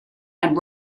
and